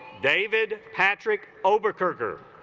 david patrick over cooker